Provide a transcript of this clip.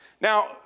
Now